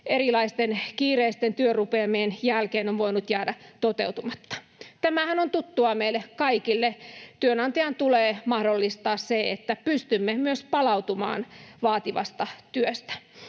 erilaisten kiireisten työrupeamien jälkeen on voinut jäädä toteutumatta. Tämähän on tuttua meille kaikille. Työnantajan tulee mahdollistaa se, että pystymme myös palautumaan vaativasta työstä.